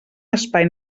espai